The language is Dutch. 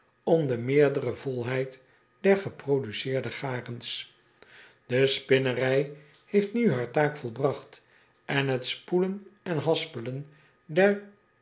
om de meerdere volheid der geproduceerde garens e spinnerij heeft nu haar taak volbragt en het spoelen en haspelen der